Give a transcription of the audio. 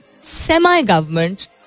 semi-government